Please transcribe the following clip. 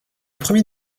premier